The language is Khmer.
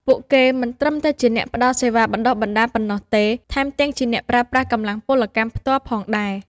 ពួកគេមិនត្រឹមតែជាអ្នកផ្តល់សេវាបណ្តុះបណ្តាលប៉ុណ្ណោះទេ ថែមទាំងជាអ្នកប្រើប្រាស់កម្លាំងពលកម្មផ្ទាល់ផងដែរ។